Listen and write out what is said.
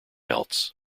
else